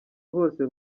hose